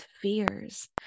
fears